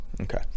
Okay